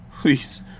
Please